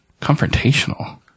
confrontational